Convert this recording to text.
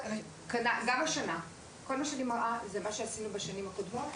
כל מה שהראיתי עד עכשיו זה מה שעשינו בשנים הקודמות.